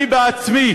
אני בעצמי